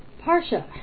Parsha